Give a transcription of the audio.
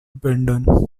brandon